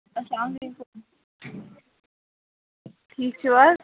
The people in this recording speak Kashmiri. اَلسلام علیکُم ٹھیٖک چھُو حظ